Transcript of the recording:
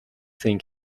think